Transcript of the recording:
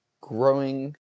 growing